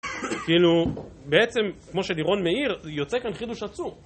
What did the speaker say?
כאילו, בעצם, כמו שדירון מאיר יוצא כאן חידוש עצום.